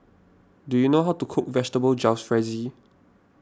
do you know how to cook Vegetable Jalfrezi